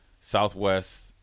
Southwest